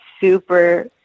super